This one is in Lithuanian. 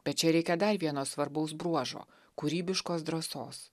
bet čia reikia dar vieno svarbaus bruožo kūrybiškos drąsos